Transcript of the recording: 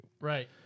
right